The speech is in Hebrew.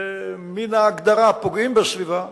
שמן ההגדרה פוגעים בסביבה,